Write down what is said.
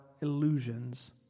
illusions